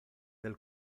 del